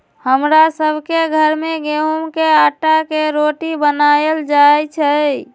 हमरा सभ के घर में गेहूम के अटा के रोटि बनाएल जाय छै